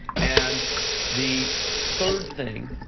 and the third thing,